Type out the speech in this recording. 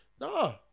No